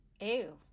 Ew